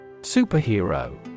Superhero